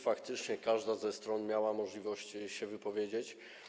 Faktycznie każda ze stron miała możliwość się wypowiedzieć.